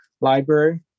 library